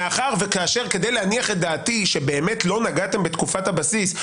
כדי להניח את דעתי מכך שבאמת לא נגעתם בתקופת הבסיס,